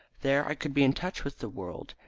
there i could be in touch with the world,